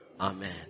amen